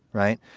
right.